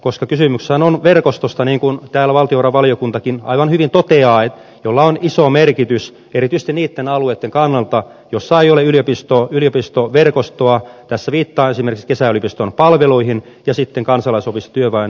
kysymyshän on verkostosta niin kuin täällä valtiovarainvaliokuntakin aivan hyvin toteaa jolla verkostolla on iso merkitys erityisesti niitten alueitten kannalta missä ei ole yliopistoverkostoa tässä viittaan esimerkiksi kesäyliopiston palveluihin ja sitten kansalaisopisto työväenopistoverkostoa